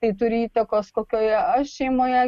tai turi įtakos kokioje aš šeimoje